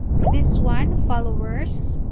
this one, followers,